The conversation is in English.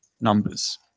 numbers